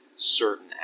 certain